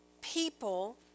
people